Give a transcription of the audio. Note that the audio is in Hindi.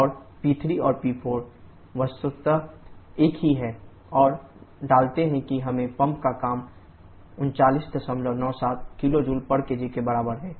और P3 और P4 वस्तुतः एक ही हैं और डालते हैं कि हमें पंप का काम 3997 kJ kg के बराबर है